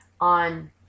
on